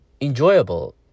enjoyable